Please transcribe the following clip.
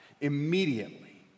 Immediately